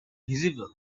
visible